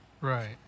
right